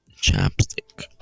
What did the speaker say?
ChapStick